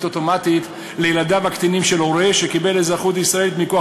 אוטומטית לילדיו הקטינים של הורה שקיבל אזרחות ישראלית מכוח